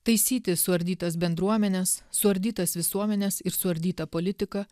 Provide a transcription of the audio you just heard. taisyti suardytas bendruomenes suardytas visuomenes ir suardytą politiką